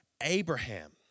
Abraham